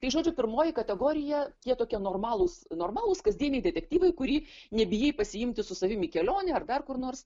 tai žodžiu pirmoji kategorija tie tokie normalūs normalūs kasdieniai detektyvai kurį nebijai pasiimti su savimi į kelionę ar dar kur nors